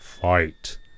fight